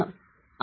x ന്റെ wts